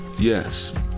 Yes